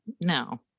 no